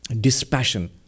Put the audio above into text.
Dispassion